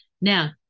Now